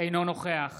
אינו נוכח